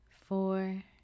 four